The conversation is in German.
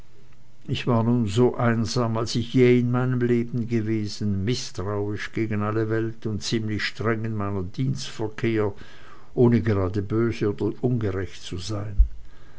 ich war nun so einsam als ich je in meinem leben gewesen mißtrauisch gegen alle welt und ziemlich streng in meinem dienstverkehr ohne gerade böse oder ungerecht zu sein